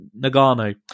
Nagano